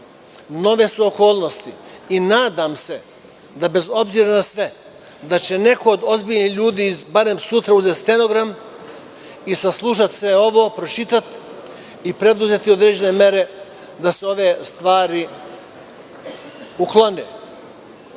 nove su okolnosti i nadam se da, bez obzira na sve, će neko od ozbiljnih ljudi barem sutra da uzme stenogram i saslušati sve ovo, pročitati i preduzeti određene mere da se ove stvari uklone. Ne